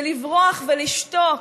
ולברוח ולשתוק,